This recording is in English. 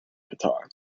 guitar